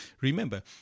remember